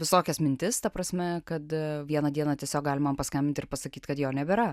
visokias mintis ta prasme kad vieną dieną tiesiog gali paskambinti ir pasakyt kad jo nebėra